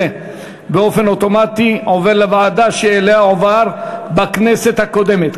זה באופן אוטומטי עובר לוועדה שאליה הועבר החוק בכנסת הקודמת.